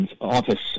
office